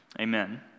amen